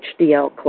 HDL